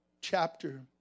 chapter